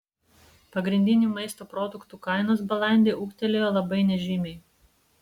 pagrindinių maisto produktų kainos balandį ūgtelėjo labai nežymiai